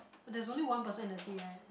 there is only one person in the sea right